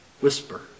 whisper